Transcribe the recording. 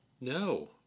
No